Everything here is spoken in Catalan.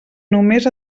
només